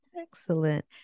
Excellent